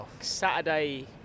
Saturday